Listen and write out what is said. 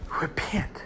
Repent